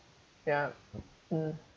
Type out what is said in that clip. ya mm